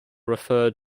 referred